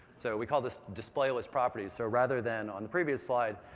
so we called this display list properties. so rather than, on the previous slide,